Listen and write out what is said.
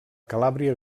calàbria